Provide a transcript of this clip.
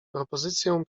propozycję